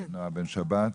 נעה בן שבת,